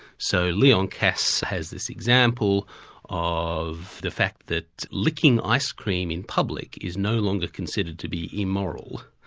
so leon kass has this example of the fact that licking ice-cream in public is no longer considered to be immoral.